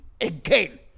again